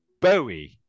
Bowie